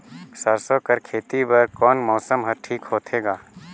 सरसो कर खेती बर कोन मौसम हर ठीक होथे ग?